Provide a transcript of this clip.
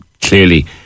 Clearly